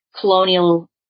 colonial